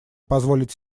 позволить